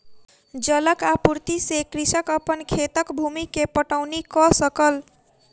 जलक आपूर्ति से कृषक अपन खेतक भूमि के पटौनी कअ सकल